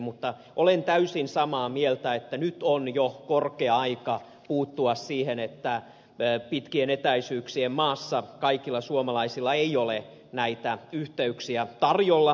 mutta olen täysin samaa mieltä että nyt on jo korkea aika puuttua siihen että pitkien etäisyyksien maassa kaikilla suomalaisilla ei ole näitä yhteyksiä tarjolla